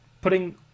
putting